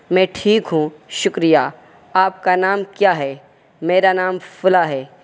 میں ٹھیک ہوں شکریہ آپ کا نام کیا ہے میرا نام فلاں ہے